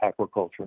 aquaculture